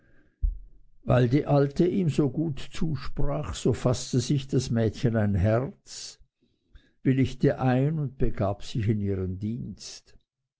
weil die alte ihm so gut zusprach so faßte sich das mädchen ein herz willigte ein und begab sich in ihren dienst